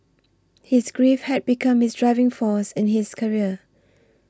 his grief had become his driving force in his career